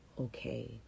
okay